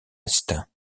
est